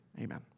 amen